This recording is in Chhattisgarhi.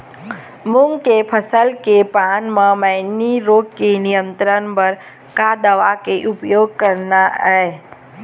मूंग के फसल के पान म मैनी रोग के नियंत्रण बर का दवा के उपयोग करना ये?